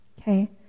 Okay